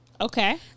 Okay